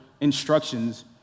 instructions